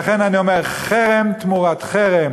ולכן אני אומר: חרם תמורת חרם.